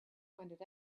pointed